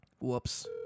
Whoops